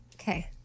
Okay